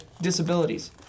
disabilities